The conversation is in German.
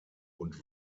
und